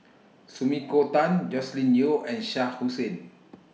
Sumiko Tan Joscelin Yeo and Shah Hussain